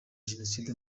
jenoside